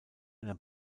einer